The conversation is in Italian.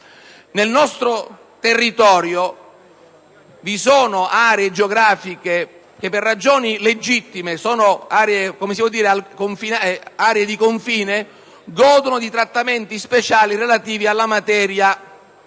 Nel nostro Paese, vi sono aree geografiche che per ragioni legittime, essendo di confine, godono di trattamenti speciali relativi alla materia